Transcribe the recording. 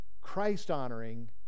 Christ-honoring